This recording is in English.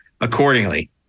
accordingly